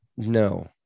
No